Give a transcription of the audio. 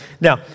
Now